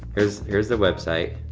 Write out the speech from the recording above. here's here's the website,